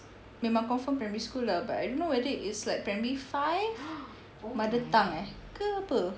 memang confirm primary school lah but I don't know whether it's like primary five mother tongue eh ke apa